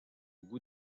goût